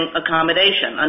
accommodation